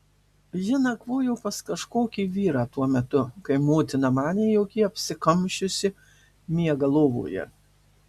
ji nakvojo pas kažkokį vyrą tuo metu kai motina manė jog ji apsikamšiusi miega lovoje